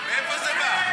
מאיפה זה בא?